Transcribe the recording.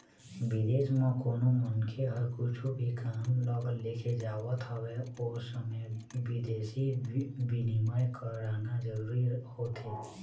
बिदेस म कोनो मनखे ह कुछु भी काम ल लेके जावत हवय ओ समे बिदेसी बिनिमय कराना जरूरी होथे